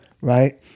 right